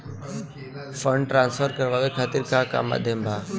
Fund transfer करवाये खातीर का का माध्यम बा?